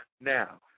Now